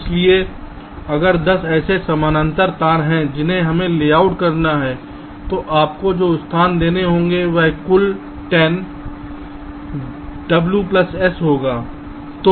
इसलिए अगर 10 ऐसे समानांतर तार हैं जिन्हें हमें लेआउट करना है तो आपको जो स्थान देना होगा वह कुल 10 w sहोगा